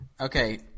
Okay